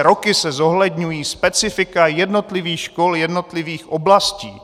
Roky se zohledňují specifika jednotlivých škol jednotlivých oblastí.